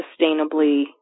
sustainably